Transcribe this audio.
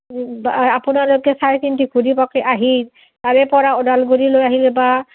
আপোনালোকে চাৰি তিনদিন ঘূৰি পকি আহি তাৰেপৰা ওদালগুৰিলৈ আহিলে বা